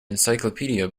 encyclopedia